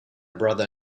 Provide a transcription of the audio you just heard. brother